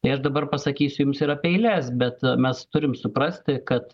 tai aš dabar pasakysiu jums ir apie eiles bet mes turim suprasti kad